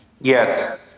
Yes